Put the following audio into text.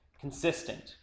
consistent